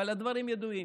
אבל הדברים ידועים.